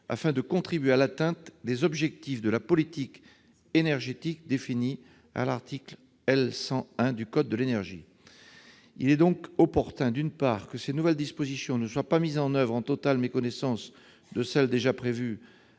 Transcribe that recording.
afin de contribuer à l'atteinte des objectifs de la politique énergétique définis à l'article L. 100-1 du code de l'énergie. Il est donc opportun que ces nouvelles dispositions ne soient pas mises oeuvre en totale méconnaissance de celles qui sont déjà prévues